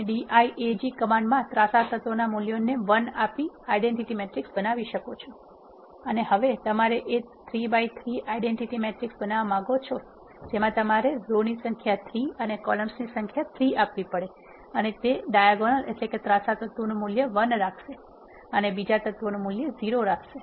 તમે diag કમાન્ડમાં ત્રાંસા તત્વોના મૂલ્યો ૧ આપી આઇડેન્ટિટી બનાવી શકો છો અને હવે તમારે A 3 by 3 આઇડેન્ટિટી મેટ્રિક્સ બનાવવા માંગો છો જેમા તમારે રો ની સંખ્યા ૩ અને કોલમ્સ ની સંખ્યા ૩ આપવી પડે અને તે ત્રાંસા તત્વોનુ મુલ્ય ૧ રાખશે અને બીજા તત્વોનુ મુલ્ય ૦ રાખશે